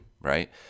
right